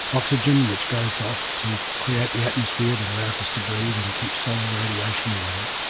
oxygen which goes off to create the atmosphere that allows us to breathe and keeps solar radiation away,